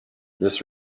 this